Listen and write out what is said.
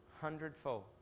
hundredfold